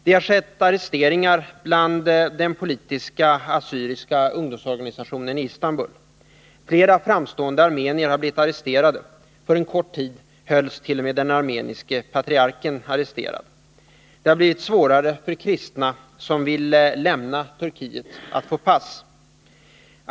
Det har skett arresteringar av medlemmar i politiska assyriska ungdomsorganisationen i Istanbul. Flera framstående armenier har blivit arresterade. För en kort tid hölls t.o.m. den armeniske patriarken arresterad. Det har blivit svårare för kristna som vill lämna Turkiet att få pass.